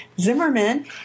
Zimmerman